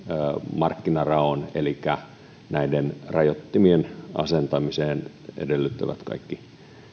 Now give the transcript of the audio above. markkinaraon elikkä näiden rajoittimien asentamisen edellyttämät kaikki